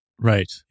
right